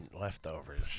leftovers